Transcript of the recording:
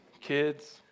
kids